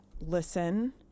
listen